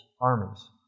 armies